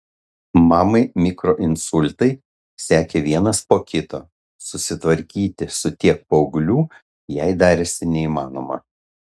mamai mikroinsultai sekė vienas po kito susitvarkyti su tiek paauglių jai darėsi neįmanoma